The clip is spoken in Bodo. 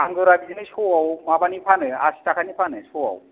आंगुरा बिदिनो श'आव माबानि फानो आशि थाखानि फानो श'आव